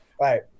Right